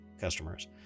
customers